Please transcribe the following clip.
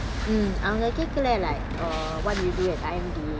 mmhmm அவங்க கேக்கல:avanga kekkala like oh what you doing I'm doing